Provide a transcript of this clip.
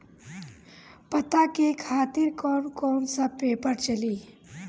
पता के खातिर कौन कौन सा पेपर चली?